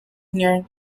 near